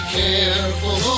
careful